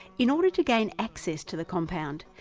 in order to gain access to the compound,